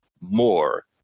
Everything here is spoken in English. more